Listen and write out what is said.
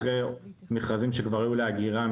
אחרי מכרזים שכבר היו לאגירה,